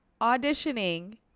auditioning